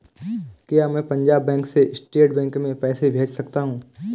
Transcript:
क्या मैं पंजाब बैंक से स्टेट बैंक में पैसे भेज सकता हूँ?